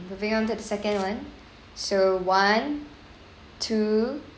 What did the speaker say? moving on to the second [one] so one two